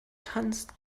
tanzt